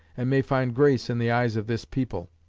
and may find grace in the eyes of this people.